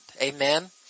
Amen